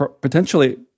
potentially